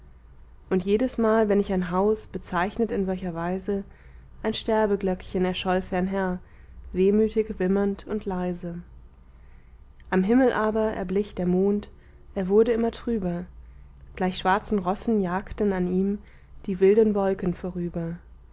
und jedesmal wenn ich ein haus bezeichnet in solcher weise ein sterbeglöckchen erscholl fernher wehmütig wimmernd und leise am himmel aber erblich der mond er wurde immer trüber gleich schwarzen rossen jagten an ihm die wilden wolken vorüber